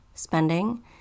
spending